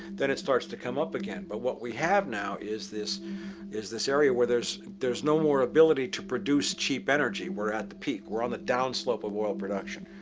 then it starts to come up again but what we have now is this is this area where there's there's no more ability to produce cheap energy. we're at the peak we're on the down slope of oil production.